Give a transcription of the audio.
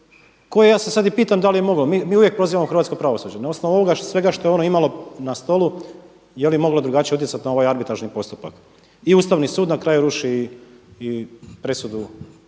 koje ja se sada i pitam da li je mogao, mi uvijek prozivamo hrvatsko pravosuđe. Na osnovu ovoga svega što je ono imalo na stolu, je li moglo drugačije utjecati na ovaj arbitražni postupak. I Ustavni sud na kraju ruši i presudu